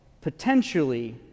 potentially